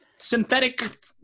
Synthetic